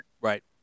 right